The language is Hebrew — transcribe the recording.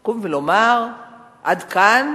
לקום ולומר "עד כאן,